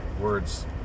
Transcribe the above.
words